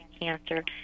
cancer